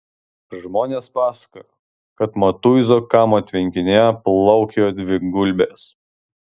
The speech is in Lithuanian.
žmonės pasakojo kad matuizų kaimo tvenkinyje plaukiojo dvi gulbės